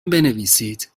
بنویسید